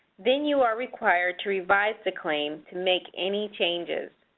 then you are required to revise the claim to make any changes.